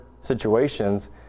situations